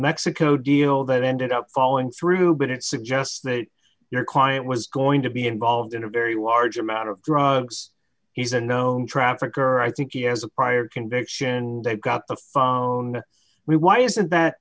mexico deal that ended up following through but it suggests that your client was going to be involved in a very large amount of drugs he's a known trafficker i think he has a prior conviction they got a phone we why isn't that